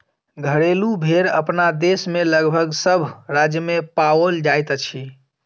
घरेलू भेंड़ अपना देश मे लगभग सभ राज्य मे पाओल जाइत अछि